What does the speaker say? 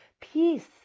Peace